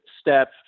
step